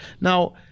now